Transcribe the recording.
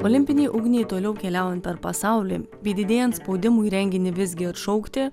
olimpinei ugniai toliau keliaujant per pasaulį bei didėjant spaudimui renginį visgi atšaukti